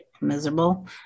miserable